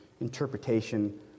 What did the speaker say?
interpretation